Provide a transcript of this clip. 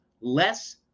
less